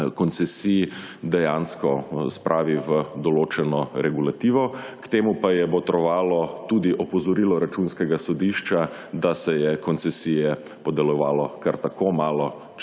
koncesij dejansko spravi v določeno regulativo, k temu pa je botrovalo tudi opozorilo Računskega sodišča, da se je koncesije podeljevalo kar tako, malo